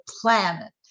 planet